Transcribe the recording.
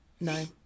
No